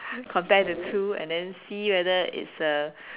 compare the two and then see whether it's a